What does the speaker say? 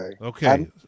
Okay